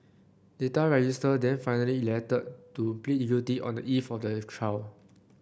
Data Register then finally elected to plead guilty on the eve of the trial